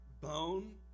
bone